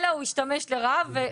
אלא הוא השתמש לרעה ופגע מינית.